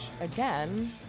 again